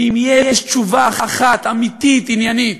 ואם יש תשובה אחת, אמיתית, עניינית,